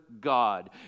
God